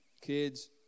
Kids